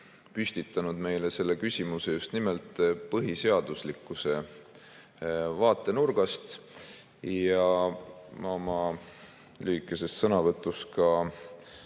püstitanud meile selle küsimuse just nimelt põhiseaduslikkuse vaatenurgast. Ma oma lühikeses sõnavõtus